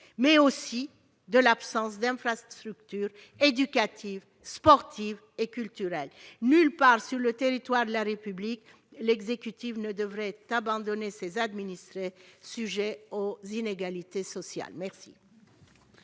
mais aussi de l'absence d'infrastructures éducatives, sportives et culturelles. Nulle part sur le territoire de la République l'exécutif ne devrait abandonner ses administrés sujets aux inégalités sociales.